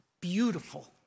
beautiful